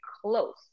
close